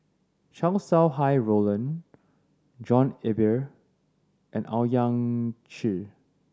Chow Sau Hai Roland John Eber and Owyang Chi